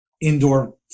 indoor